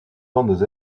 ondes